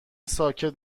ساکت